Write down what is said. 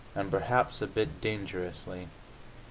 and perhaps a bit dangerously.